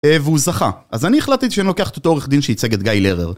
והוא זכה. אז אני החלטתי שאני לוקח את אותו עורך דין שייצג את גיא לרר.